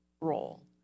role